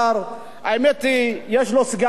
יש לו סגן ממולח, הוא מש"ס,